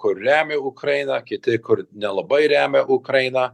kur remia ukrainą kiti kur nelabai remia ukrainą